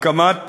היא הקמת